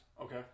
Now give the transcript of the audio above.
Okay